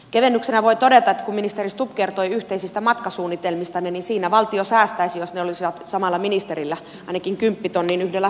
kevennyksenä voin todeta että kun ministeri stubb kertoi yhteisistä matkasuunnitelmistanne niin siinä valtio säästäisi jos ne olisivat samalla ministerillä ainakin kymppitonnin yhdellä sambian matkalla